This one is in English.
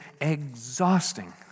exhausting